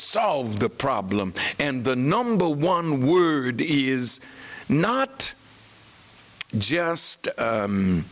solve the problem and the number one word is not just